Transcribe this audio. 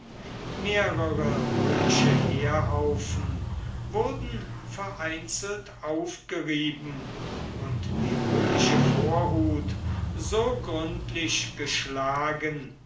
mehrere römische heerhaufen wurden vereinzelt aufgerieben und die römische vorhut so gründlich geschlagen